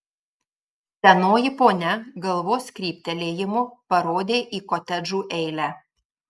senoji ponia galvos kryptelėjimu parodė į kotedžų eilę